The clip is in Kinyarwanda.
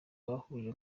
wahuje